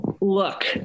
look